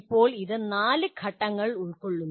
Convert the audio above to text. ഇപ്പോൾ ഇത് 4 ഘട്ടങ്ങൾ ഉൾക്കൊള്ളുന്നു